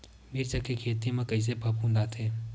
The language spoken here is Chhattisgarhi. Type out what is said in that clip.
मिर्च के खेती म कइसे फफूंद आथे?